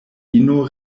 ino